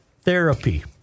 therapy